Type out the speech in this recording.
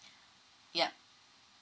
ya